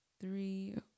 three